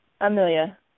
Amelia